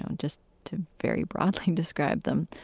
and just to very broadly describe them,